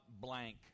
blank